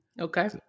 Okay